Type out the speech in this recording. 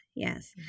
Yes